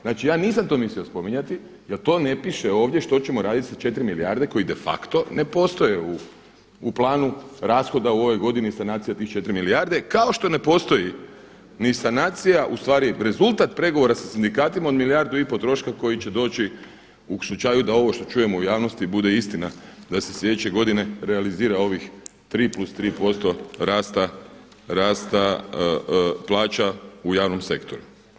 Znači, ja nisam to mislio spominjati, jer to ne piše ovdje što ćemo raditi sa 4 milijarde koji de facto ne postoje u planu rashoda u ovoj godini sanacija tih 4 milijarde, kao što ne postoji ni sanacija, ustvari rezultat pregovora sa sindikatima od milijardu i pol troška koji će doći u slučaju da ovo što čujemo u javnosti bude istina da se sljedeće godine realizira ovih 3+3% rasta plaća u javnom sektoru.